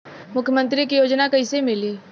मुख्यमंत्री के योजना कइसे मिली?